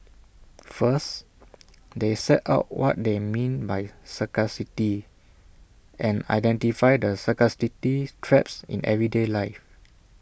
first they set out what they mean by scarcity and identify the scarcity traps in everyday life